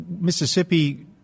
Mississippi